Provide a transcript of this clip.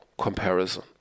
comparison